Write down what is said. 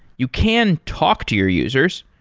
you can talk to your users.